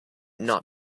not